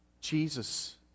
Jesus